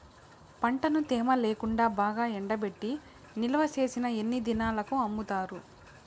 పంటను తేమ లేకుండా బాగా ఎండబెట్టి నిల్వచేసిన ఎన్ని దినాలకు అమ్ముతారు?